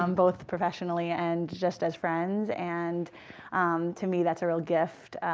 um both professionally and just as friends. and to me, that's a real gift.